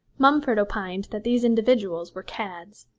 mumford opined that these individuals were cads.